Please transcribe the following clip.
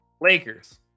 Lakers